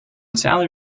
sally